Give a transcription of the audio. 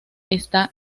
está